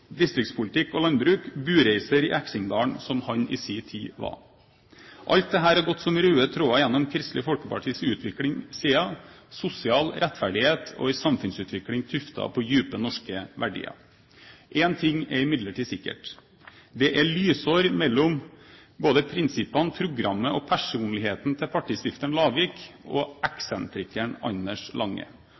distriktspolitikk og landbruk, bureiser i Eksingedalen som han i sin tid var. Alt dette har gått som røde tråder gjennom Kristelig Folkepartis utvikling siden: sosial rettferdighet og en samfunnsutvikling tuftet på dype norske verdier. Én ting er imidlertid sikkert: Det er lysår mellom prinsippene, programmet og personligheten til partistifteren Lavik og eksentrikeren Anders Lange.